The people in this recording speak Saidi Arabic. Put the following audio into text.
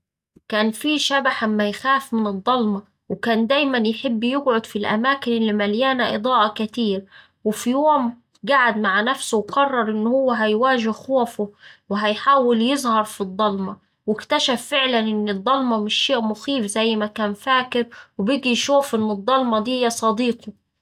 كان فيه شبح أما يخاف من الضلمة وكان دايما يحب يقعد في الأماكن اللي مليانة إضاءة كتير. وفي يوم قعد مع نفسه وقرر إن هوه هيواجه خوفه وهيحاول يظهر في الضلمة واكتشف فعلا إن الضلمة مش شيء مخيف زي ما كان فاكر وبقي يشوف إن الضلمة دية صديقه.